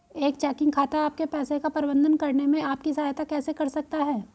एक चेकिंग खाता आपके पैसे का प्रबंधन करने में आपकी सहायता कैसे कर सकता है?